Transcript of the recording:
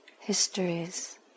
histories